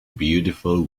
beautiful